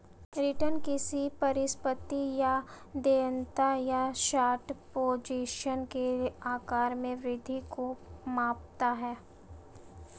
return किसी परिसंपत्ति या देयता या शॉर्ट पोजीशन के आकार में वृद्धि को मापता है